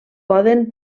poden